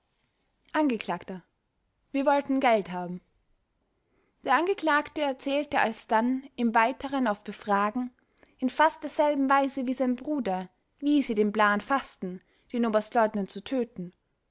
angekl wir wollten geld haben der angeklagte erzählte alsdann im weiteren auf befragen in fast derselben weise wie sein bruder wie sie den plan faßten den oberstleutnant zu töten